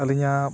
ᱟᱹᱞᱤᱧᱟᱜ